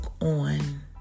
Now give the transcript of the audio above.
on